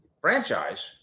franchise